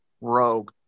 rogue